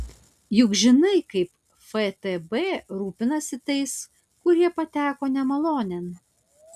juk žinai kaip ftb rūpinasi tais kurie pateko nemalonėn